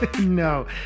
no